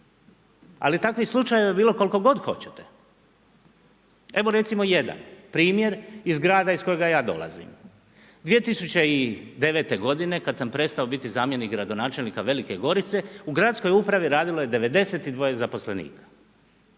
ali takvih slučajeva je bilo koliko god hoćete. Evo recimo jedan primjer iz grada iz kojega ja dolazim. 2009. godine kad sam prestao biti zamjenik gradonačelnika Velike Gorice, u gradskoj upravi radilo je 92 zaposlenika.